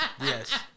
Yes